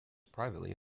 privately